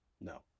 No